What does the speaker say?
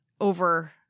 over